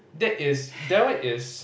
that is that one is